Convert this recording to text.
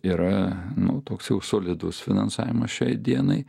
yra nu toks jau solidus finansavimas šiai dienai